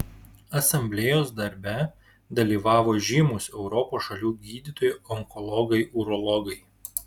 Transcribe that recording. asamblėjos darbe dalyvavo žymūs europos šalių gydytojai onkologai urologai